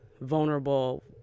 vulnerable